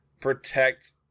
Protect